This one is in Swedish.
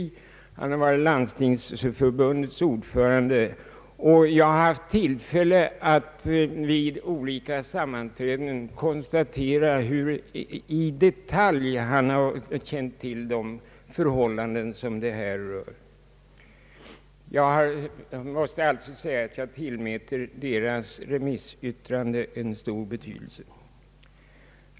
Han har också varit landstingsförbundets ordförande. Jag har haft tillfälle att vid olika sammanträden konstatera hur i detalj han har känt till de förhållanden det här gäller. Jag måste alltså säga att jag tillmäter detta remissyttrande stor betydelse.